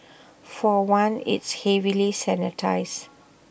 for one it's heavily sanitised